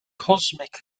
cosmic